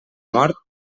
mort